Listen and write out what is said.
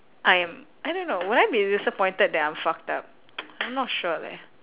I am I don't know would I be disappointed that I'm fucked up I'm not sure leh